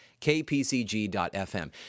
kpcg.fm